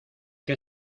qué